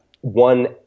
one